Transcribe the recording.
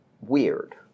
weird